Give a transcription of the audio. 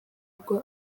igwa